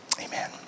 Amen